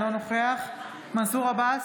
אינו נוכח מנסור עבאס,